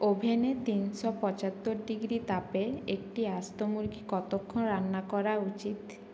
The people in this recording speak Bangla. ওভেনে তিনশো পঁচাত্তর ডিগ্রি তাপে একটি আস্ত মুরগি কতক্ষণ রান্না করা উচিত